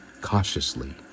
cautiously